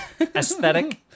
Aesthetic